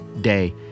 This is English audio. day